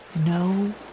no